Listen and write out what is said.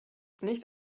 nicht